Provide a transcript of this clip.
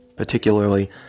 particularly